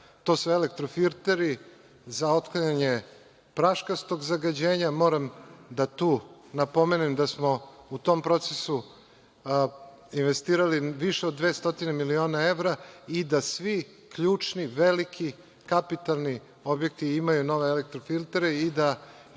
to su elektro-filteri za otklanjanje praškastog zagađenja. Moram tu da napomenem da smo u tom procesu investirali više od 200 miliona evra i da svi ključni, veliki, kapitalni objekti imaju nove elektro-filtere i da je